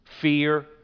Fear